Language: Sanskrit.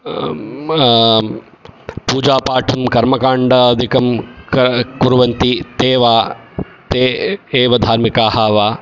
पूजापाठं कर्मकाण्डादिकं कुर्वन्ति ते वा ते एव धार्मिकाः वा